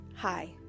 Hi